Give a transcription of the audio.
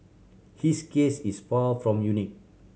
his case is far from unique